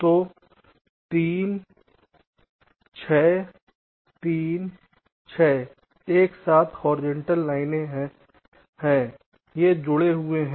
तो 3 6 3 6 एक साथ एक होरिजेंटल लाइन से 1 से जुड़े हैं